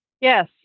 Yes